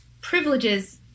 privileges